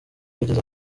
yagize